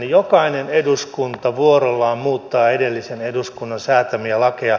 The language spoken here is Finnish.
jokainen eduskunta vuorollaan muuttaa edellisen eduskunnan säätämiä lakeja